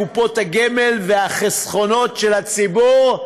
קופות הגמל והחסכונות של הציבור,